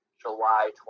July